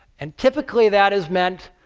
and typically that has meant